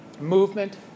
movement